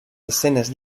escenas